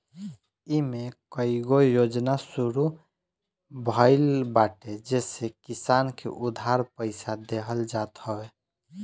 इमे कईगो योजना शुरू भइल बाटे जेसे किसान के उधार पईसा देहल जात हवे